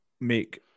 make